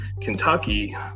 Kentucky